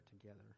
together